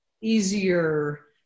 easier